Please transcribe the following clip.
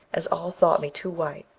as all thought me too white,